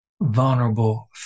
vulnerable